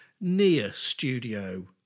near-studio